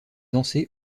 lancé